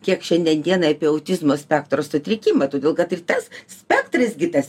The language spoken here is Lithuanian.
kiek šiandien dienai apie autizmo spektro sutrikimą todėl kad ir tas spektras gi tas